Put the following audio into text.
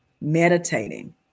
meditating